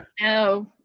no